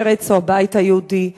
מרצ או הבית היהודי.